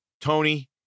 Tony